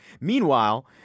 Meanwhile